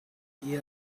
yeah